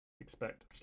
expect